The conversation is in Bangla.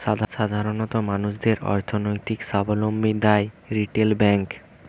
সাধারণ মানুষদের অর্থনৈতিক সাবলম্বী দ্যায় রিটেল ব্যাংক